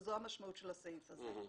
וזו המשמעות של הסעיף הזה,